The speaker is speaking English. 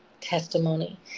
testimony